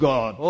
God